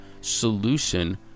solution